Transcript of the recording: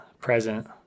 Present